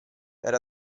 era